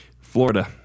Florida